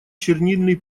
чернильный